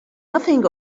nothing